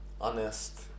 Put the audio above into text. honest